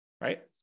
right